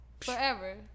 forever